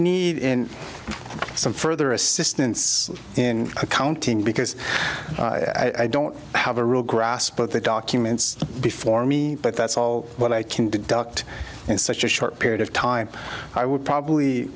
need in some further assistance in accounting because i don't have a real grasp of the documents before me but that's all what i can deduct in such a short period of time i would